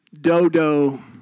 Dodo